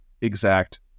exact